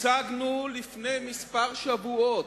השגנו לפני מספר שבועות,